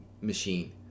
machine